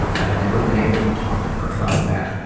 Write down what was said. i've never been able to talk to her about that.